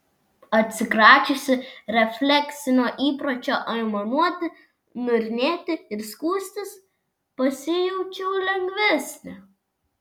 atsikračiusi refleksinio įpročio aimanuoti niurnėti ir skųstis pasijaučiau lengvesnė